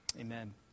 Amen